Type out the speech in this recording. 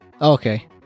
Okay